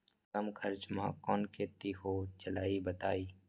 कम खर्च म कौन खेती हो जलई बताई?